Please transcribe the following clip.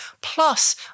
Plus